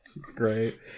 Great